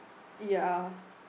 ya